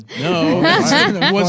No